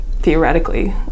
theoretically